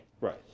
Right